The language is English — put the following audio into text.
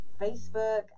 facebook